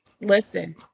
Listen